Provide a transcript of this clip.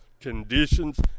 conditions